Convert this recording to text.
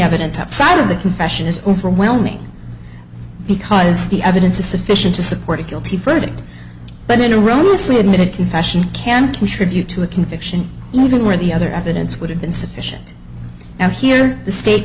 evidence outside of the confession is overwhelming because the evidence is sufficient to support a guilty verdict but in a row mostly admitted confession can contribute to a conviction even where the other evidence would have been sufficient and here the state